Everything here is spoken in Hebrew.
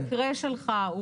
במקרה שלך,